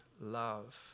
love